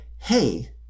hey